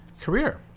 career